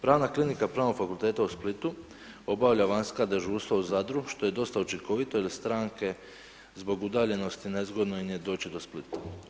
Pravna klinika Pravnog fakulteta u Splitu, obavlja vanjska dežurstva u Zadru, što je dosta učinkovitosti, jer stranke zbog udaljenost, nezgodno im je doći do Splita.